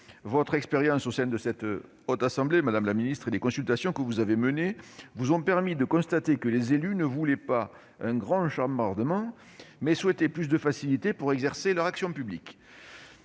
Votre expérience au sein de la Haute Assemblée et les consultations que vous avez menées, madame la ministre, vous ont permis de constater que les élus ne voulaient pas d'un grand chambardement, mais souhaitaient plus de facilités pour exercer leur action publique.